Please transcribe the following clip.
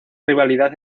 rivalidad